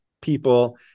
people